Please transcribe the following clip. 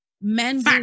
men